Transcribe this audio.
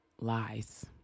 lies